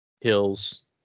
Hills